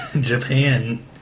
Japan